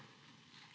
Hvala